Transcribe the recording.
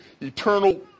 eternal